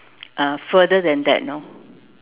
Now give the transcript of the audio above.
uh further than that you know